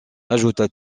ajouta